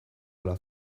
ala